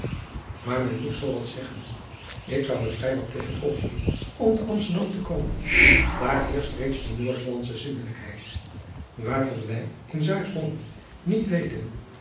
maar men moet zoo wat zeggen ik zou er vrij wat tegen opzien om te amsterdam te komen daar heerscht reeds de noordhollandsche zindelijkheid waar van wij in zuidholland niet weten